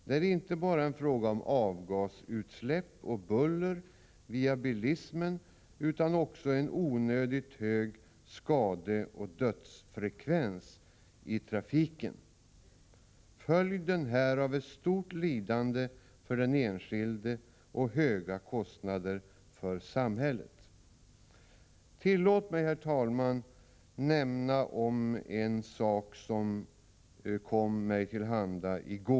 Det är inte bara en fråga om avgasutsläpp och buller via bilismen utan också om en onödigt hög skadeoch dödsfrekvens i trafiken. Följden härav är stort lidande för den enskilde och höga kostnader för samhället. Tillåt mig, herr talman, säga något om uppgifter som kom mig till handa i går.